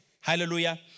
Hallelujah